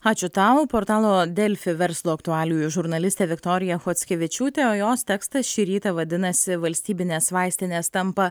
ačiū tau portalo delfi verslo aktualijų žurnalistė viktorija chockevičiūtė o jos tekstas šį rytą vadinasi valstybinės vaistinės tampa